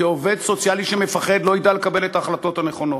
כי עובד סוציאלי שמפחד לא ידע לקבל את ההחלטות הנכונות.